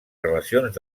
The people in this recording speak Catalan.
relacions